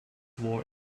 war